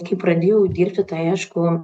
kai pradėjau dirbti tai aišku